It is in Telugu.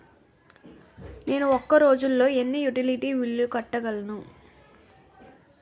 నేను ఒక రోజుల్లో ఎన్ని యుటిలిటీ బిల్లు కట్టగలను?